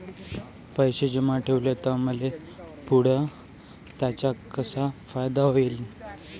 पैसे जमा ठेवले त मले पुढं त्याचा कसा फायदा होईन?